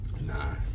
nah